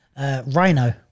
Rhino